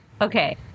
okay